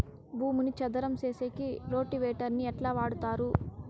భూమిని చదరం సేసేకి రోటివేటర్ ని ఎట్లా వాడుతారు?